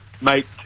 Mate